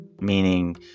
Meaning